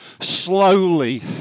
slowly